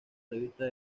revista